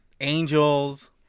Angels